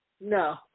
No